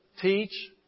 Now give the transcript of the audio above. Teach